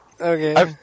Okay